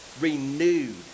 renewed